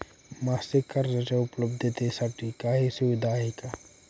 मासिक कर्जाच्या उपलब्धतेसाठी काही सुविधा आहे का?